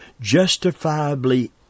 justifiably